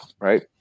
right